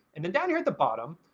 and then down here at the bottom,